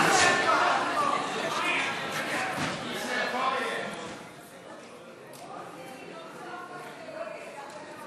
חוק איסור צריכת זנות (הוראת שעה ותיקון חקיקה),